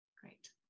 Great